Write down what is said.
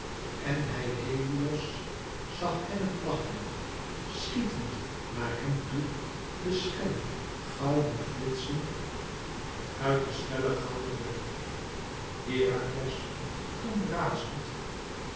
en hij helios zag hellend lachen schietend naar hem toe de schelle gouden flitsen uit den schellen gouden boog herakles toen razend